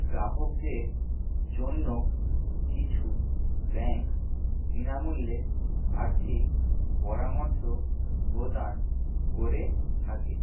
গ্রাহকদের জন্য কিছু ব্যাঙ্ক বিনামূল্যে আর্থিক পরামর্শ প্রদান করে থাকে